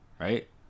right